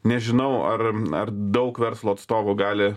nežinau ar dar daug verslo atstovų gali